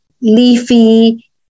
leafy